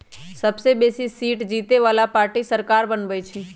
सबसे बेशी सीट जीतय बला पार्टी सरकार बनबइ छइ